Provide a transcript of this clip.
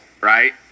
right